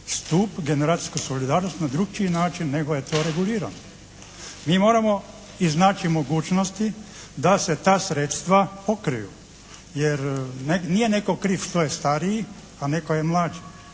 stup generacijsku solidarnost na drukčiji način nego je to regulirano. Mi moramo iznaći mogućnosti da se ta sredstva pokriju jer nije netko kriv što je stariji, a netko je mlađi.